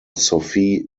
sophie